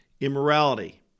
immorality